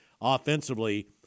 offensively